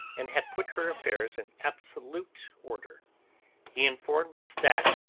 and had put her affairs in absolute order he informed us that,